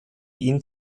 ihn